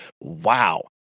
Wow